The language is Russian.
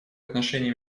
отношений